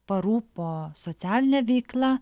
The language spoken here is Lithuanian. parūpo socialine veikla